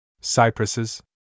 Cypresses